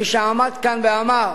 מי שעמד כאן ואמר: